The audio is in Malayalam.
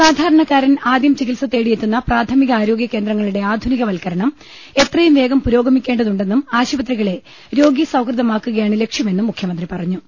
സാധാരണക്കാരൻ ആദ്യം ചികിത്സ തേടിയെത്തുന്ന പ്രാഥമികാരോഗ്യകേന്ദ്രങ്ങളുടെ ആധുനികവൽക്കരണം എത്രയുംവേഗം പുരോഗമിക്കേണ്ടതുണ്ടെന്നും ആശുപത്രികളെ രോഗീ സൌഹൃദമാക്കു കയാണ് ലക്ഷ്യമെന്നും മുഖ്യമന്ത്രി പറഞ്ഞു